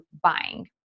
buying